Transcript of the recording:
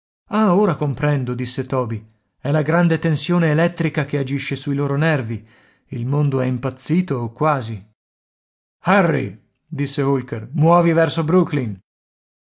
ah ora comprendo disse toby è la grande tensione elettrica che agisce sui loro nervi il mondo è impazzito o quasi harry disse holker muovi verso brooklyn